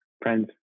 Friends